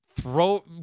throw